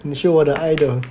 你是我的 idol